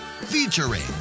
Featuring